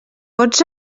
pots